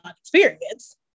experience